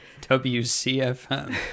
WCFM